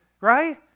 right